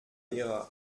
ihrer